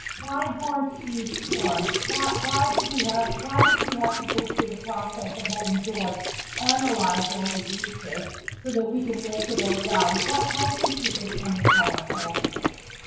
why import? we'd form why why do we have? why did we have people through the process of having george analyze all the uses so that we can break it all down? what i think to just come and tell us all this.